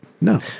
No